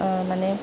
মানে